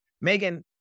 Megan